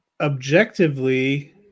objectively